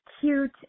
cute